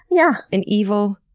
yeah an evil,